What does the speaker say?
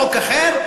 חוק אחר,